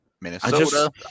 Minnesota